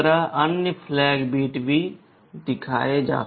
अन्य flag bit भी दिखाए जाते हैं